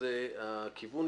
זה הכיוון,